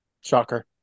Shocker